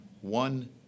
one